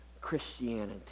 Christianity